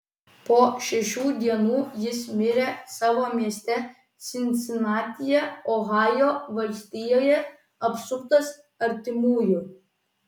po šešių dienų jis mirė savo mieste sinsinatyje ohajo valstijoje apsuptas artimųjų